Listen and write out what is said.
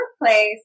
workplace